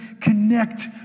connect